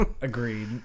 agreed